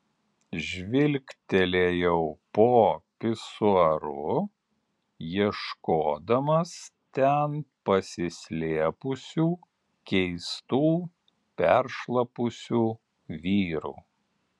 žvilgtelėjau po pisuaru ieškodamas ten pasislėpusių keistų peršlapusių vyrų